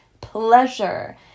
pleasure